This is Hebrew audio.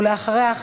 ואחריה,